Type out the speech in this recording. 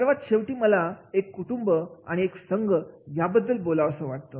सर्वात शेवटी मला एक कुटुंब आणि एक संघ याबद्दल बोलावसं वाटतं